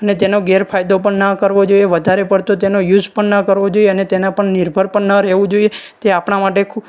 અને તેનો ગેરફાયદો પણ ન કરવો જોઈએ વધારે પળતો તેનો યુસ પણ ન કરવો જોઈએ અને તેના પર નિર્ભર પણ ન રહેવું જોઈએ તે આપણા માટે ખૂબ